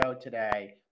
today